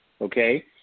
okay